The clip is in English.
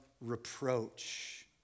reproach